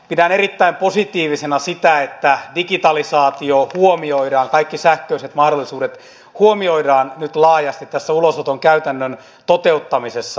pidän erittäin positiivisena sitä että digitalisaatio huomioidaan kaikki sähköiset mahdollisuudet huomioidaan nyt laajasti tässä ulosoton käytännön toteuttamisessa